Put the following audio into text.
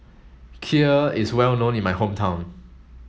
Kheer is well known in my hometown